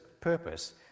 purpose